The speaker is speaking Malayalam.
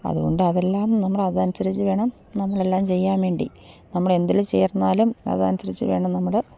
അതു കൊണ്ട് അതെല്ലാം നമ്മളതനുസരിച്ച് വേണം നമ്മളെല്ലാം ചെയ്യാൻ വേണ്ടി നമ്മൾ എന്തിൽ ചേർന്നാലും അതനുസരിച്ച് വേണം നമ്മൾ